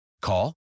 Call